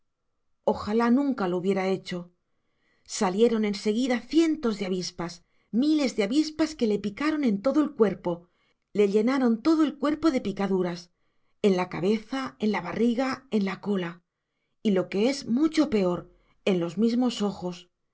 ojalá nunca lo hubiera hecho salieron en seguida cientos de avispas miles de avispas que le picaron en todo el cuerpo le llenaron todo el cuerpo de picaduras en la cabeza en la barriga en la cola y lo que es mucho peor en los mismos ojos